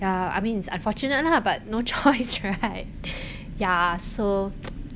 ya I mean it's unfortunate lah but no choice right ya so